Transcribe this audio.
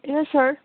yes sir